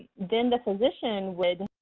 then the physician would,